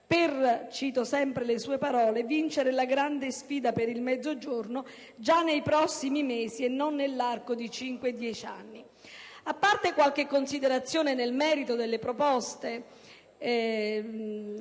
e Palazzo Chigi per vincere la grande sfida per il Mezzogiorno già nei prossimi mesi e non nell'arco di 5-10 anni». A parte qualche considerazione nel merito delle proposte